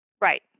Right